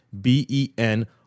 B-E-N